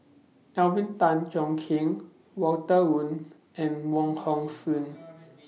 Alvin Tan Cheong Kheng Walter Woon and Wong Hong Suen